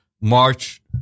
march